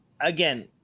again